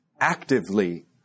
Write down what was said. actively